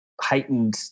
heightened